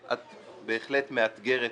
את בהחלט מאתגרת